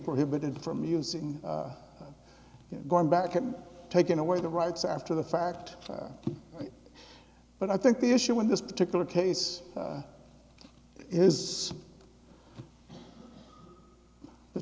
prohibited from using going back and taking away the rights after the fact but i think the issue in this particular case is the